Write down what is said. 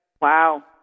Wow